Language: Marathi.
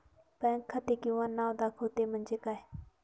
बँक खाते किंवा नाव दाखवते म्हणजे काय?